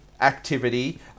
activity